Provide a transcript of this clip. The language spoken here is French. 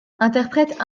interprète